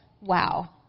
wow